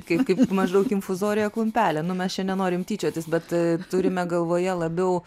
kaip kaip maždaug infuzoriją klumpele nu mes čia nenorim tyčiotis bet turime galvoje labiau